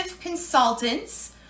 consultants